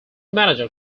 manager